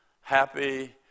happy